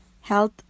health